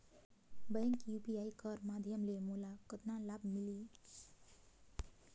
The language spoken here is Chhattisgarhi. बैंक यू.पी.आई कर माध्यम ले मोला कतना लाभ मिली?